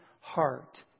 heart